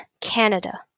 Canada